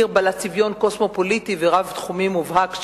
עיר בעלת צביון קוסמופוליטי רב-תחומי מובהק,